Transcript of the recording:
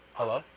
hello